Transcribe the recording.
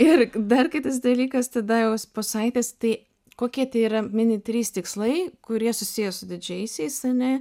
ir dar kitas dalykas tada jau po savaitės tai kokie tie yra mini trys tikslai kurie susiję su didžiaisiais ane